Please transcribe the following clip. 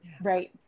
Right